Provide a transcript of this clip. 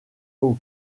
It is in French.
aux